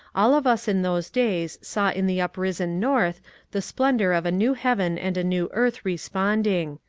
all of us in those days saw in the uprisen north the splendour of a new heaven and a new earth responding.